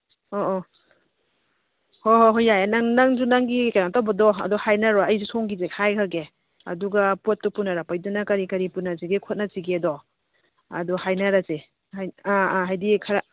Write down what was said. ꯑꯣ ꯑꯣ ꯍꯣꯍꯣ ꯌꯥꯏ ꯅꯪꯁꯨ ꯅꯪꯒꯤ ꯀꯩꯅꯣ ꯇꯧꯕꯗꯣ ꯑꯗꯨ ꯍꯥꯏꯅꯔꯣ ꯑꯩꯁꯨ ꯁꯣꯝꯒꯤꯁꯦ ꯍꯥꯏꯈ꯭ꯔꯒꯦ ꯑꯗꯨꯒ ꯄꯣꯠꯇꯨ ꯄꯨꯅꯔꯛꯄꯩꯗꯨꯅ ꯀꯔꯤ ꯀꯔꯤ ꯄꯨꯅꯁꯤꯒꯦ ꯈꯣꯠꯁꯤꯒꯦꯗꯣ ꯑꯗꯨ ꯍꯥꯏꯅꯔꯁꯦ ꯑꯥ ꯑꯥ ꯍꯥꯏꯗꯤ ꯈꯔ